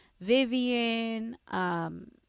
Vivian